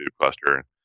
cluster